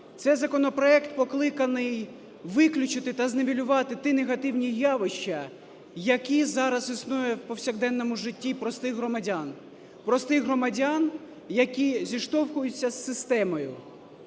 це законопроект покликаний виключити та знівелювати ті негативні явища, які зараз існують в повсякденному житті простих громадян, простих громадян, які зіштовхуються з системою.